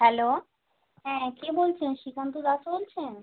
hello হ্যাঁ কে বলছেন শ্রীকান্ত দাস বলছেন